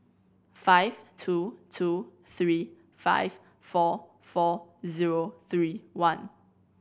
five two two three five four four zero three one